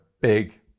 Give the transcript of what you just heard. big